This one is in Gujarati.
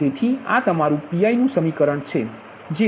તેથી આ તમારૂ Piનુ સમીકરણ છે